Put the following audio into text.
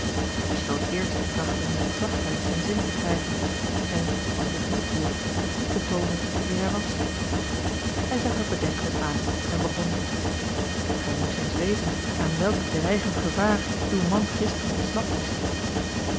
hij besloot eerst te trachten george een ongeluksvogel met zachtheid zijn zin te krijgen en als dit niet hielp goed te toonen wie hij was hij zag haar bedenkelijk aan en begon gij moest eens weten aan welk dreigend gevaar uw man gisteren ontsnapt is